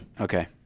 Okay